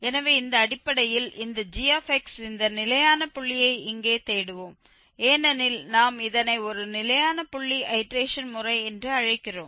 எனவே இந்த அடிப்படையில் இந்த g இந்த நிலையான புள்ளியை இங்கே தேடுவோம் ஏனெனில் நாம் இதனை ஒரு நிலையான புள்ளி ஐடேரேஷன் முறை என்று அழைக்கிறோம்